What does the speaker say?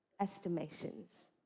estimations